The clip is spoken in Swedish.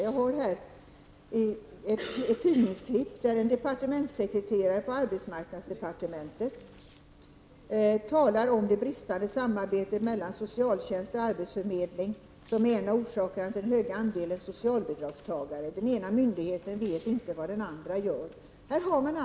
Jag har här ett tidningsurklipp, där en departementssekreterare på arbetsmarknadsdepartementet talar om det bristande samarbetet mellan socialtjänst och arbetsförmedling som en av orsakerna till det höga antalet socialbidragstagare. Den ena myndigheten vet inte vad den andra gör.